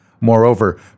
Moreover